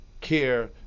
care